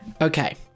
Okay